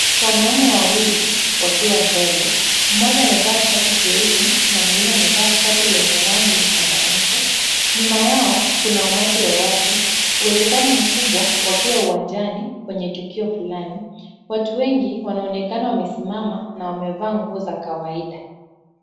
Wanaume wawili wakiwa mbele, mmoja amevaa shati jeusi na mwingine amevaa shati lenye rangi mchanganyiko. Nyuma yao kuna umati wa watu, uwezekano mkubwa wakiwa uwanjani kwenye tukio fulani. Watu wengi wanaonekana wamesimama na wamevaa nguo za kawaida.